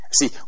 See